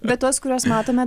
bet tuos kuriuos matome